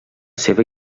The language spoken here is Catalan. seva